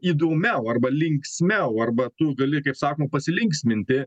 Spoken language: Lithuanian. įdomiau arba linksmiau arba tu gali kaip sakoma pasilinksminti